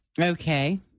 Okay